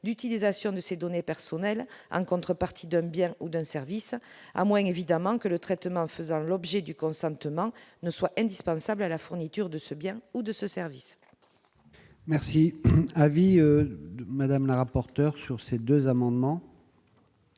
d'utilisation de ses données personnelles en contrepartie d'un bien ou d'un service à moins évidemment que le traitement faisant l'objet du consentement ne soit indispensable à la fourniture de ce bien ou de ce service. Merci à vie, madame la rapporteure sur ces 2 amendements.